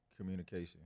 Communication